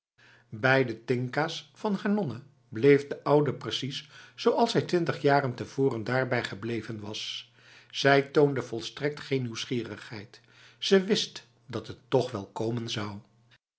bij de tinka's van haar nonna bleef de oude precies zoals zij twintig jaren tevoren daarbij gebleven was zij toonde volstrekt geen nieuwsgierigheid ze wist dat het toch wel komen zou